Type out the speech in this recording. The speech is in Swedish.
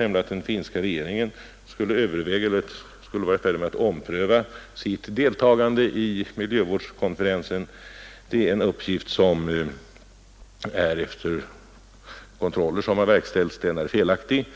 nämligen att den finska regeringen skulle vara i färd med att ompröva sitt deltagande i miljövårdskonferensen. Det är en uppgift som, efter kontroller som verkställts, visat sig vara felaktig.